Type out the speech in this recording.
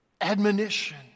admonition